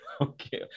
Okay